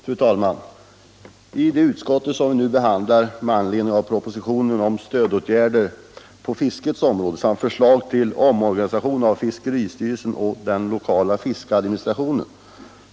Fru talman! I det föreliggande utskottsbetänkandet behandlas propositionen om stödåtgärder på fiskets område samt förslag till omorganisation av fiskeristyrelsen och den lokala fiskeadministrationen.